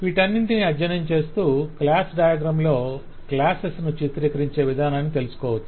వీటన్నింటినీ అధ్యయనం చేస్తూ క్లాస్ డయాగ్రమ్ లో క్లాస్సెస్ ను చీకత్రీకరించే విధానాన్ని తెలుసుకోవచ్చు